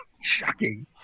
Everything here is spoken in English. Shocking